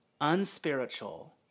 unspiritual